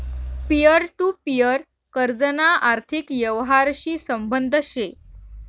peer to peer कर्जना आर्थिक यवहारशी संबंध शे